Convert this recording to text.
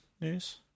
news